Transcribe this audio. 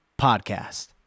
podcast